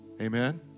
Amen